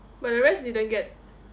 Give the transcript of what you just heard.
but the rest didn't get